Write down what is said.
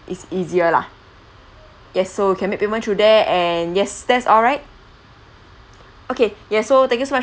is easier lah yes so we can make payment through there and yes that's alright okay yeah so thank you so much